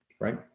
right